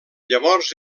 llavors